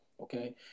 Okay